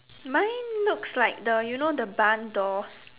mine looks like the you know the barn door